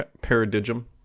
Paradigm